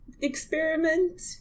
Experiment